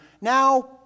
Now